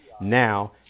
now